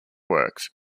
works